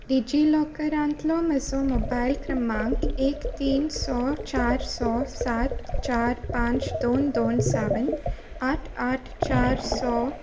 डिजिलॉकरांतलो म्हजो मोबायल क्रमांक एक तीन स चार स सात चार पांच दोन दोन सावन आठ आठ चार स